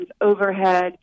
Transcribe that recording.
overhead